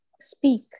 speak